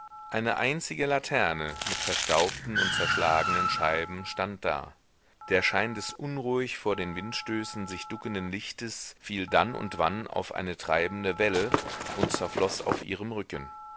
eine einzige laterne mit verstaubten und zerschlagenen scheiben stand da der schein des unruhig vor den windstößen sich duckenden lichtes fiel dann und wann auf eine treibende welle und zerfloß auf ihrem rücken